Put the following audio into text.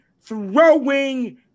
throwing